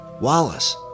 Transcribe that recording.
Wallace